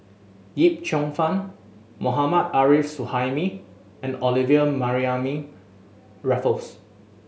Yip Cheong Fun Mohammad Arif Suhaimi and Olivia Mariamne Raffles